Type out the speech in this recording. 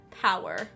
power